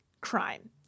crime